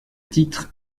titre